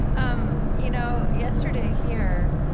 um, you know, yesterday here,